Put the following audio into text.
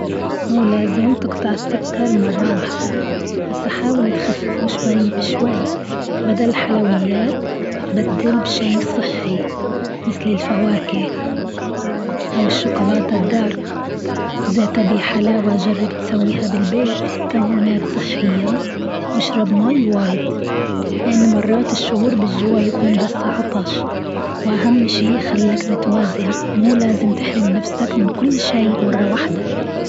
مو لازم تقطع السكر مرة واحدة، بس حاول تخففه شوي بشوي بدل الحلويات بدل بشي صحي، مثل الفواكه أو الشوكولاتة الدارك ذات بحلاوة تجرب تسويها بالبيت بمكونات صحية وأشرب ماي واجد، لأن مرات الشعور بالجوع يكون بس عطش، وأهم شيء خلك متوازن مو لازم تحرم نفسك من كل شي مرة واحدة.